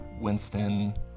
Winston